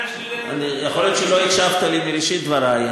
יכול להיות שלא הקשבת לי מראשית דברי.